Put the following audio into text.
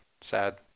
sad